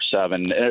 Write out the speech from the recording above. seven